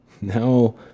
Now